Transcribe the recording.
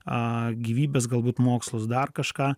gyvybės galbūt mokslus dar kažką